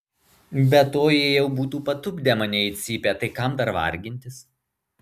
be to jie jau būtų patupdę mane į cypę tai kam dar vargintis